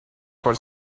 for